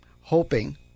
hoping